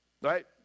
Right